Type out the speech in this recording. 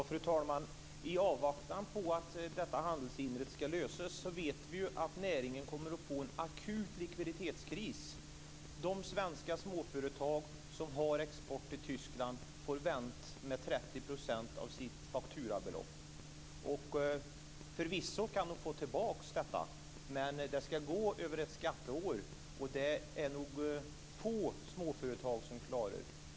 Fru talman! I avvaktan på att problemet med detta handelshinder skall lösas vet vi ju att näringen kommer att få en akut likviditetskris. De svenska småföretag som har export till Tyskland får vänta med 30 % av sitt fakturabelopp. Förvisso kan de få tillbaka detta, men det skall gå över ett skatteår, och det är nog få småföretag som klarar det.